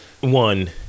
one